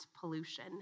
pollution